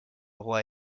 roi